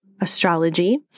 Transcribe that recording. astrology